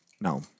No